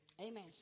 Amen